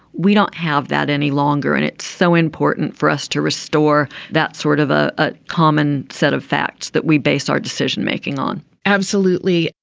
we don't have that any longer and it's so important for us to restore that sort of a ah common set of facts that we based our decision making on absolutely.